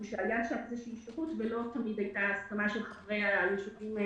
שלא תמיד הייתה הסכמה של חברי היישובים,